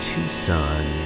Tucson